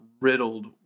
riddled